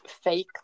fake